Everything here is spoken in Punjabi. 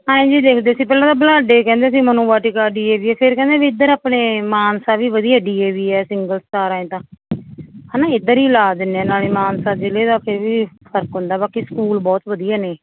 ਹਾਂਜੀ ਦੇਖਦੇ ਸੀ ਪਹਿਲਾਂ ਤਾਂ ਬੁਢਲਾਢੇ ਕਹਿੰਦੇ ਸੀ Manu Vatika D A V ਹੈ ਫੇਰ ਕਹਿੰਦੇ ਵੀ ਇੱਧਰ ਆਪਣੇ ਮਾਨਸਾ ਵੀ ਵਧੀਆ ਡੀ ਏ ਵੀ ਹੈ ਸਿੰਗਲ ਸਟਾਰ ਐਂ ਤਾਂ ਹੈ ਨਾ ਇੱਧਰ ਹੀ ਲਾ ਦਿੰਦੇ ਨਾਲੇ ਮਾਨਸਾ ਜ਼ਿਲ੍ਹੇ ਦਾ ਫਿਰ ਵੀ ਫਰਕ ਹੁੰਦਾ ਬਾਕੀ ਸਕੂਲ ਬਹੁਤ ਵਧੀਆ ਨੇ